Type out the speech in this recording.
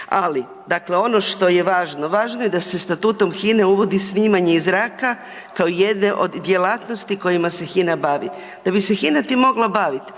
Ali, dakle ono što je važno, važno je da se Statutom Hine uvodi snimanje iz zraka kao jedne od djelatnosti kojima se Hina bavi. Da bi se Hina tim mogla bavit,